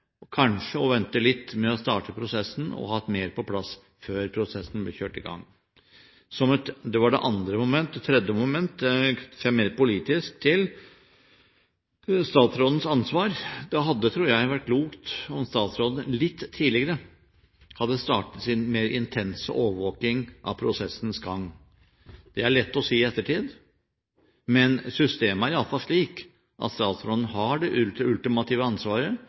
kanskje å vente litt med å starte prosessen og hatt mer på plass før prosessen ble kjørt i gang. Det var det andre momentet. Det tredje momentet hører mer politisk til statsrådens ansvar. Det hadde, tror jeg, vært klokt om statsråden litt tidligere hadde startet sin mer intense overvåking av prosessens gang. Det er lett å si i ettertid. Men systemet er i alle fall slik at statsråden har det ultimate ansvaret